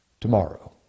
tomorrow